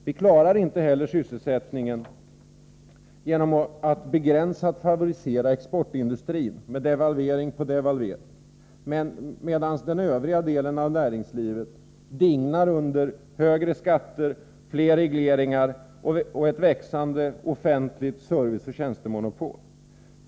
Vi klarar inte heller sysselsättningsproblemen genom en begränsad favorisering av exportindustrin med devalvering på devalvering, medan den övriga delen av näringslivet dignar under högre skatter, fler regleringar och det växande offentliga serviceoch tjänstemonopolet.